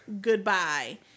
goodbye